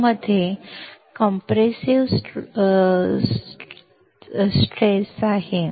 तर SiO2 मध्ये compressive stress आहे